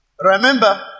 Remember